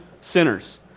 sinners